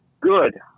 good